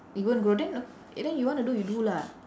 even grow then then you want to do you do lah